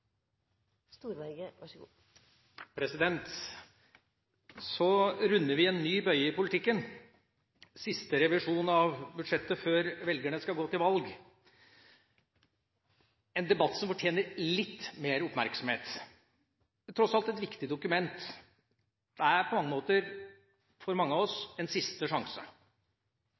en debatt som fortjener litt mer oppmerksomhet, det er tross alt et viktig dokument. Det er på mange måter, for mange av oss, en siste sjanse.